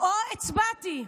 או הצבעתי.